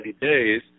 days